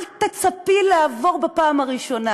אל תצפי לעבור בפעם הראשונה,